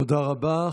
תודה רבה.